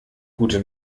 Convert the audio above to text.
gute